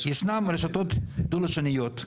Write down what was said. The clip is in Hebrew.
ישנן רשתות דו-לשוניות,